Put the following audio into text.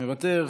מוותר,